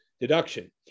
deduction